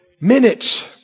Minutes